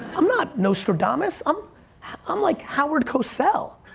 i'm not nostradamus, um i'm like howard cosell.